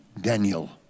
Daniel